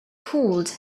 called